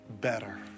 better